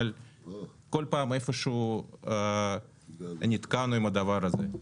אבל כל פעם איפה שהוא נתקענו עם הדבר הזה.